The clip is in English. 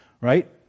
right